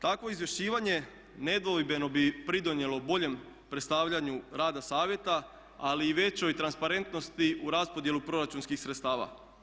Takvo izvješćivanje nedvojbeno bi pridonijelo boljem predstavljanju rada Savjeta, ali i većoj transparentnosti u raspodjelu proračunskih sredstava.